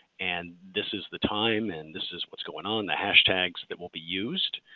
and this is the time and this is what is going on, the hashtags that will be used.